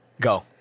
Go